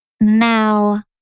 Now